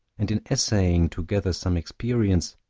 and in essaying to gather some experience,